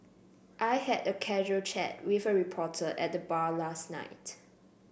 I had a casual chat with a reporter at the bar last night